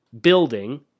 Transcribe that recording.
building